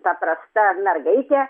paprasta mergaitė